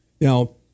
Now